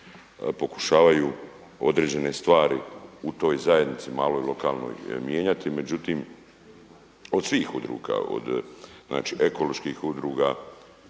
pokušavaju određene stvari u toj zajednici maloj lokalnoj mijenjati. Međutim, od svih udruga, od znači ekoloških udruga,